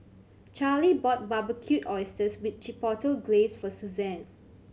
Charly bought Barbecued Oysters with Chipotle Glaze for Suzanne